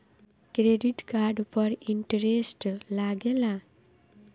Credit card पर interest लागेला?